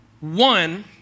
one